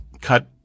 cut